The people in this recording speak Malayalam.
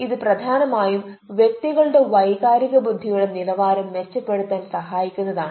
ഇത് പ്രധാനമായും വ്യക്തികളുടെ വൈകാരിക ബുദ്ധിയുടെ നിലവാരം മെച്ചപ്പെടുത്താൻ സഹായിക്കുന്നത് ആണ്